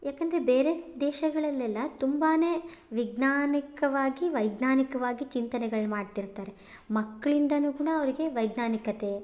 ಯಾಕಂದರೆ ಬೇರೆ ದೇಶಗಳಲ್ಲೆಲ್ಲಾ ತುಂಬಾ ವೈಜ್ಞಾನಿಕವಾಗಿ ವೈಜ್ಞಾನಿಕವಾಗಿ ಚಿಂತನೆಗಳು ಮಾಡ್ತಿರ್ತಾರೆ ಮಕ್ಕಳಿಂದಲೂ ಕೂಡ ಅವರಿಗೆ ವೈಜ್ಞಾನಿಕತೆ